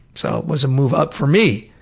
so it was a move up for me.